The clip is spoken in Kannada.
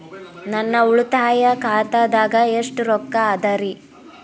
ನನ್ನ ಉಳಿತಾಯ ಖಾತಾದಾಗ ಎಷ್ಟ ರೊಕ್ಕ ಅದ ರೇ?